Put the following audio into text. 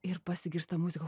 ir pasigirsta muzika